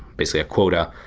basically a quota.